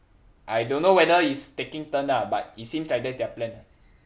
I don't know whether it's taking turn ah but it seems like that's their plan